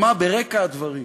שמע ברקע הדברים